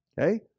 Okay